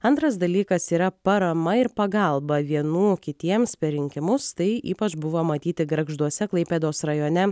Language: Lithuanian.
antras dalykas yra parama ir pagalba vienų kitiems per rinkimus tai ypač buvo matyti gargžduose klaipėdos rajone